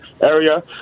area